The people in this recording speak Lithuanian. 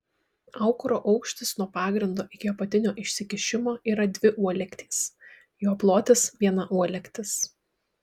aukuro aukštis nuo pagrindo iki apatinio išsikišimo yra dvi uolektys jo plotis viena uolektis